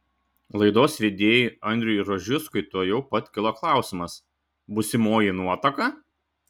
laidos vedėjui andriui rožickui tuojau pat kilo klausimas būsimoji nuotaka